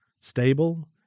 stable